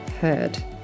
heard